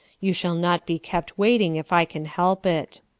you shall not be kept waiting, if i can help it